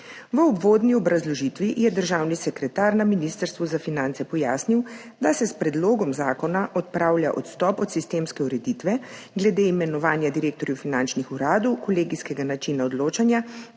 V uvodni obrazložitvi je državni sekretar na Ministrstvu za finance pojasnil, da se s predlogom zakona odpravlja odstop od sistemske ureditve glede imenovanja direktorjev finančnih uradov, kolegijskega načina odločanja